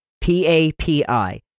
P-A-P-I